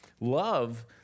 Love